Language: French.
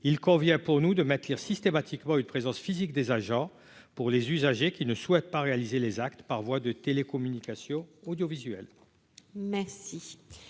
il convient pour nous de matières systématiquement une présence physique des agents pour les usagers qui ne souhaite pas réalisé les actes par voie de télécommunications audiovisuel. Merci